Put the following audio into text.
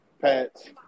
Pats